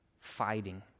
fighting